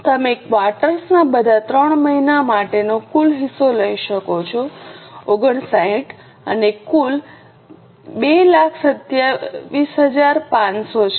તમે ક્વાર્ટર ના બધા 3 મહિના માટેનો કુલ હિસ્સો લઈ શકો છો 59 અને કુલ 227500 છે